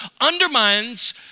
undermines